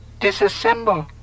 Disassemble